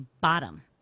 bottom